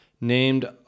named